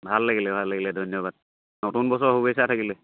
ভাল লাগিলে ভাল লাগিলে ধন্যবাদ নতুন বছৰৰ শুভেচ্ছা থাকিলে